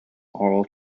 oral